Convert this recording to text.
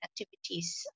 activities